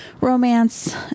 romance